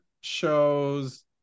shows